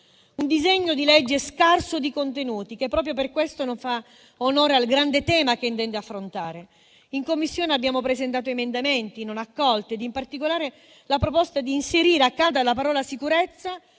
Un disegno di legge scarso di contenuti, che proprio per questo non fa onore al grande tema che intende affrontare. In Commissione abbiamo presentato emendamenti non accolti ed in particolare la proposta di inserire, accanto alla parola sicurezza,